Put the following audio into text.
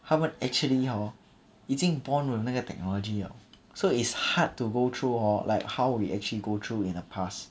他们 actually hor 已经 born with 那个 technology liao so it's hard to go through hor like how we actually go through in the past